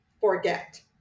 forget